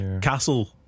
Castle